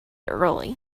early